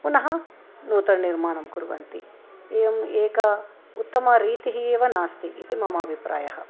पुनः नूतननिर्माणं कुर्वन्ति एवम् एक उत्तमरीतिः एव नास्ति इति मम अभिप्रायः